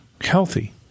healthy